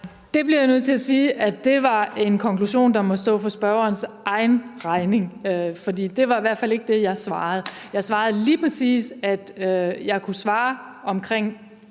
Jeg bliver nødt til at sige, at det var en konklusion, der må stå for spørgerens egen regning. For det var i hvert fald ikke det, jeg svarede. Jeg svarede lige præcis, at jeg kunne svare vedrørende